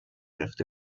گرفته